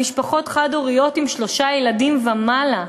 על משפחות חד-הוריות עם שלושה ילדים ומעלה.